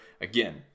Again